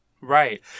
Right